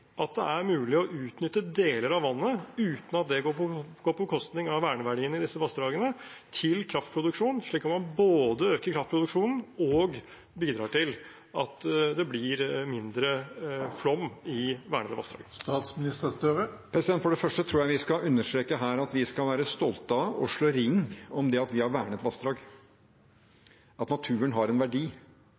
at det er mulig å utnytte deler av vannet, uten at det går på bekostning av verneverdiene i disse vassdragene, til kraftproduksjon, slik at man både øker kraftproduksjonen og bidrar til at det blir mindre flom i vernede vassdrag? For det første tror jeg vi skal understreke her at vi skal være stolte av og slå ring om at vi har vernet vassdrag, at naturen har en verdi,